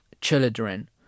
children